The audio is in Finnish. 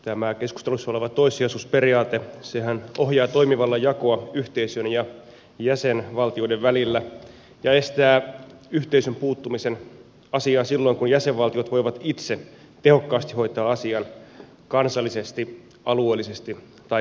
tämä keskustelussa oleva toissijaisuusperiaatehan ohjaa toimivallan jakoa yhteisön ja jäsenvaltioiden välillä ja estää yhteisön puuttumisen asiaan silloin kun jäsenvaltiot voivat itse tehokkaasti hoitaa asian kansallisesti alueellisesti tai paikallisesti